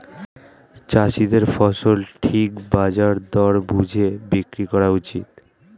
চাষীদের ফসল ঠিক বাজার দর বুঝে বিক্রি করা উচিত